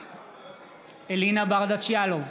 אלינה ברדץ' יאלוב,